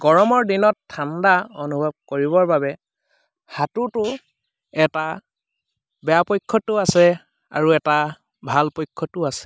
গৰমৰ দিনত ঠাণ্ডা অনুভৱ কৰিবৰ বাবে সাঁতোৰটো এটা বেয়া পক্ষতো আছে আৰু এটা ভাল পক্ষতো আছে